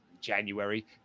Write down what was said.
January